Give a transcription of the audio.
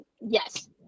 yes